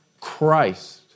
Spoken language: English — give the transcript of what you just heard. Christ